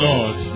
Lord